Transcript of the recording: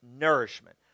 nourishment